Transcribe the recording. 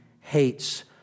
hates